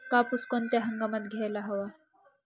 कापूस कोणत्या हंगामात घ्यायला हवा?